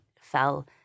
fell